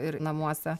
ir namuose